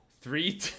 three